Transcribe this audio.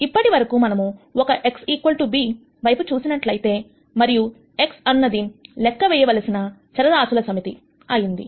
ఇప్పటివరకు మనము ఒక X b వైపు చూసినట్లయితే మరియు X అనునది లెక్క వేయవలసిన చరరాశుల సమితి అయింది